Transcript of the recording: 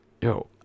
yo